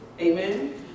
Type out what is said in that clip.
amen